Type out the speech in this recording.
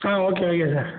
ah okay okay sir